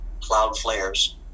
Cloudflare's